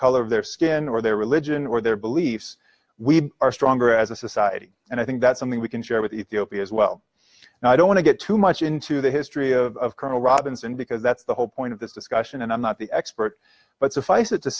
color of their skin or their religion or their beliefs we are stronger as a society and i think that's something we can share with ethiopia as well and i don't want to get too much into the history of colonel robinson because that's the whole point of this discussion and i'm not the expert but suffice it to